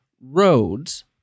roads